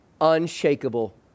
unshakable